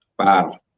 par